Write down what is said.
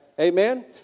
Amen